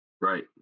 Right